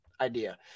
idea